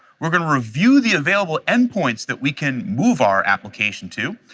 we're going to review the available endpoints that we can move our application to,